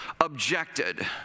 objected